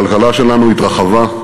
הכלכלה שלנו התרחבה,